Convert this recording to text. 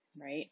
Right